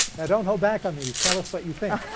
now, don't hold back on these. tell us what you think.